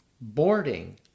boarding